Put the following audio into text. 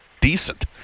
decent